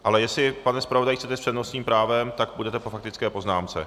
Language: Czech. Ale jestli, pane zpravodaji, chcete s přednostním právem, tak půjdete po faktické poznámce.